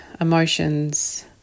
emotions